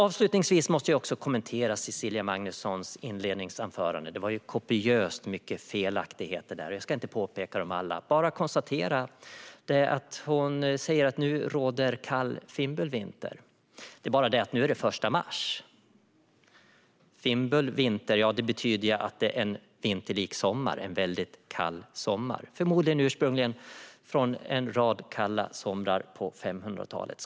Avslutningsvis måste jag också kommentera Cecilia Magnussons inledningsanförande. Det var kopiöst många felaktigheter där. Jag ska inte peka på dem alla, men jag noterar att hon säger att det nu råder kall fimbulvinter. Det är bara det att det nu är det den 1 mars. Fimbulvinter betyder ju att det är en vinterlik sommar, en väldigt kall sommar. Förmodligen kommer det ursprungligen från en rad kalla somrar på 500-talet.